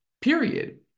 period